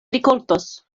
rikoltos